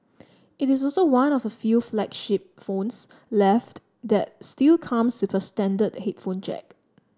it is also one of the few flagship phones left that still comes with a standard headphone jack